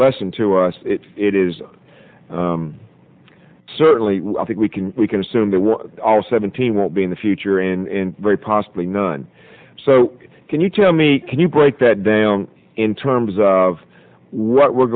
lesson to us it is certainly i think we can we can assume that all seventeen won't be in the future in very possibly none so can you tell me can you break that down in terms of what we're